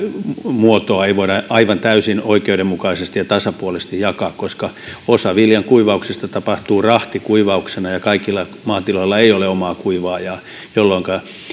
muotoa ei voida aivan täysin oikeudenmukaisesti ja tasapuolisesti jakaa koska osa viljankuivauksesta tapahtuu rahtikuivauksena ja kaikilla maatiloilla ei ole omaa kuivaajaa